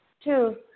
Two